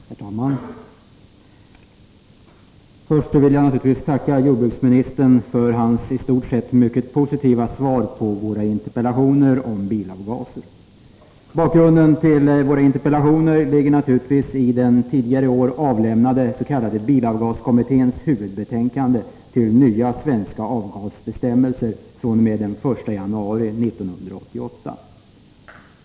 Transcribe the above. Herr talman! Först vill jag naturligtvis tacka jordbruksministern för hans i stort sett mycket positiva svar på våra interpellationer om bilavgaser. Bakgrunden till våra interpellationer är den tidigare i år avlämnade s.k. bilavgaskommitténs huvudbetänkande beträffande nya svenska avgasbestämmelser fr.o.m. den 1 januari 1988.